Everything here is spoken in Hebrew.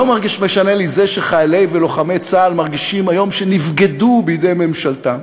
לא משנה לי שחיילי ולוחמי צה"ל מרגישים היום שנבגדו בידי ממשלתם,